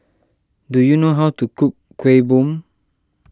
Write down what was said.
do you know how to cook Kuih Bom